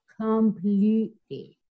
completely